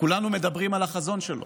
כולנו מדברים על החזון שלו.